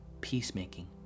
Peacemaking